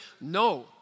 No